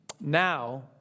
now